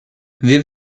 wir